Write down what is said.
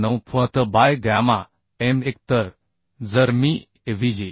9 fuatn by gamma m 1 तर जर मी avg